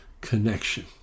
connection